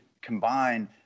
combine